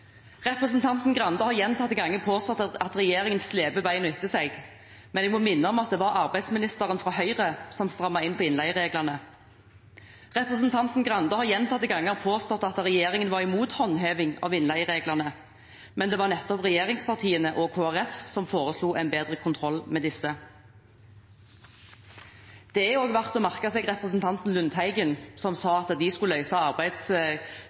Representanten Grande har gjentatte ganger påstått at regjeringen sleper beina etter seg, men jeg må minne om at det var arbeidsministeren fra Høyre som strammet inn på innleiereglene. Representanten Grande har gjentatte ganger påstått at regjeringen var imot håndheving av innleiereglene, men det var nettopp regjeringspartiene og Kristelig Folkeparti som foreslo en bedre kontroll med disse. Det er også verdt å merke seg representanten Lundteigen, som sa at de skulle